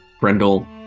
Brendel